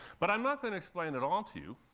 but i'm not going to explain it all to you.